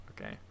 Okay